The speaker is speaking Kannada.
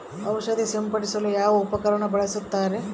ಔಷಧಿ ಸಿಂಪಡಿಸಲು ಯಾವ ಉಪಕರಣ ಬಳಸುತ್ತಾರೆ?